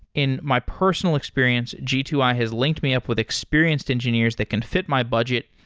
in my personal experience, g two i has linked me up with experienced engineers that can fit my budget,